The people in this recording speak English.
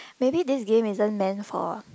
maybe this game isn't meant for